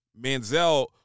Manziel